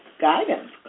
guidance